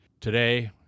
Today